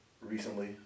recently